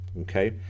okay